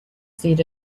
said